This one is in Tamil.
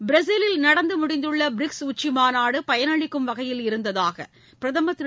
பிரேசிலில் நடந்துமுடிந்துள்ளபிரிக்ஸ் உச்சிமாநாடுபயனளிக்கும் வகையில் இருந்ததாகபிரதமர் திரு